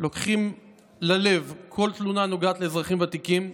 לוקחים ללב כל תלונה הנוגעת לאזרחים ותיקים,